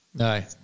Aye